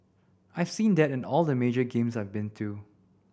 I've seen that in all the major games I've been too